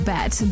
Bet